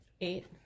Eight